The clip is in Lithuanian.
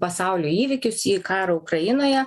pasaulio įvykius į karą ukrainoje